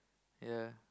ya